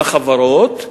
לחברות,